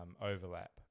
overlap